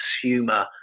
consumer